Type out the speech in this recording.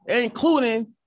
including